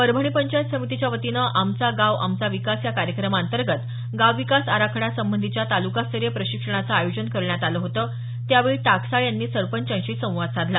परभणी पंचायत समितीच्या वतीनं आमचा गाव आमचा विकास कार्यक्रमातगेत गाव विकास आराखडा संबधीच्या तालुकास्तरीय प्रशिक्षणाच आयोजन करण्यात आलं होतं त्यावेळी टाकसाळे यांनी सरपंचांशी संवाद साधला